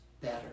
better